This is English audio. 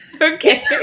Okay